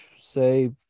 say